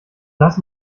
das